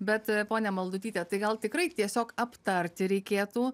bet ponia maldutyte tai gal tikrai tiesiog aptarti reikėtų